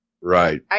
Right